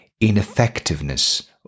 ineffectiveness